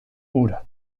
ura